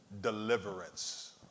deliverance